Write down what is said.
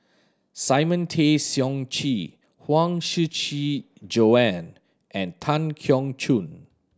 Simon Tay Seong Chee Huang Shiqi Joan and Tan Keong Choon